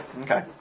okay